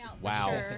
Wow